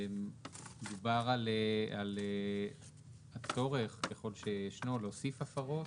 מדובר על הצורך, ככל שישנו, להוסיף הפרות?